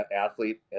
athlete